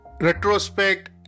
retrospect